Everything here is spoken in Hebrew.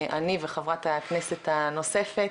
אני וחברת הכנסת הנוספת,